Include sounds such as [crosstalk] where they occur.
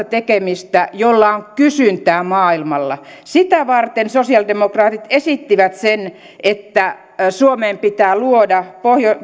[unintelligible] tekemistä jolla on kysyntää maailmalla sitä varten sosialidemokraatit esittivät että suomeen pitää luoda